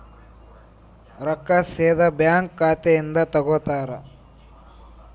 ರೊಕ್ಕಾ ಸೇದಾ ಬ್ಯಾಂಕ್ ಖಾತೆಯಿಂದ ತಗೋತಾರಾ?